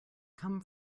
come